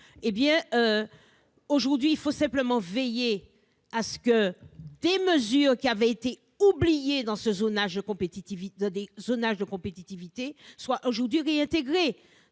dans la Caraïbe. Il faut simplement veiller à ce que des mesures qui avaient été oubliées dans le zonage de compétitivité y soient aujourd'hui réintégrées.